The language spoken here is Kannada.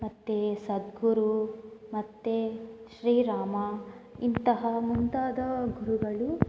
ಮತ್ತು ಸದ್ಗುರು ಮತ್ತು ಶ್ರೀರಾಮ ಇಂತಹ ಮುಂತಾದ ಗುರುಗಳು